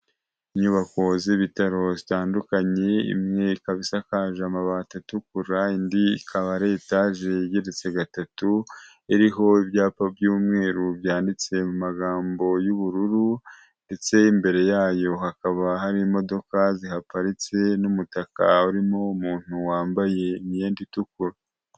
Inyubako z'ibitaro zitandukanye, imwe ikaba isakaje amabati atukura, indi ikaba ari etaje igeretse gatatu, iriho ibyapa by'umweru byanditse mu magambo y'ubururu, ndetse imbere yayo hakaba hari imodoka zihaparitse n'umutaka urimo umuntu wambaye imyenda itukura.